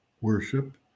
worship